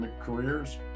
careers